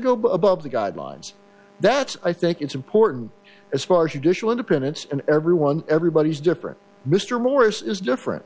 ago above the guidelines that's i think it's important as far as you dish will independents and everyone everybody's different mr morris is different